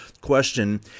question